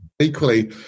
equally